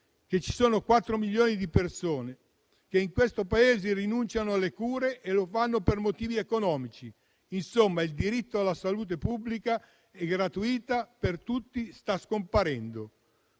che ci sono 4 milioni di persone in questo Paese che rinunciano alle cure per motivi economici. Insomma, il diritto alla salute pubblica e gratuita per tutti sta scomparendo.